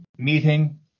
meeting